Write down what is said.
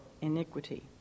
iniquity